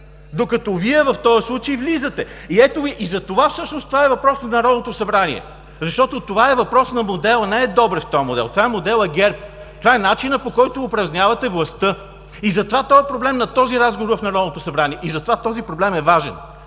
докато Вие в този случай влизате. Затова всъщност това е въпрос на Народното събрание. Защото това е въпрос на модел, а не Добрев е този модел. Това е моделът ГЕРБ, това е начинът, по който упражнявате властта. Затова този проблем е на този разговор в Народното събрание,